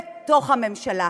בתוך הממשלה.